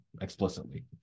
explicitly